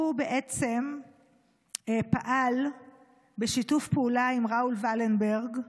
הוא בעצם פעל בשיתוף פעולה עם ראול ולנברג,